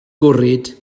gwrhyd